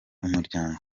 umuryango